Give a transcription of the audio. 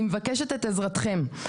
אני מבקשת את עזרתכם.